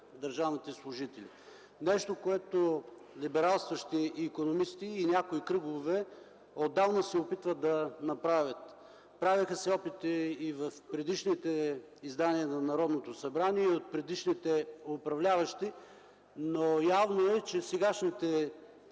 държавните служители – нещо, което либералстващи икономисти и някои кръгове отдавна се опитват да направят. Правеха се опити в предишните издания на Народното събрание и от предишните управляващи. Явно, сегашните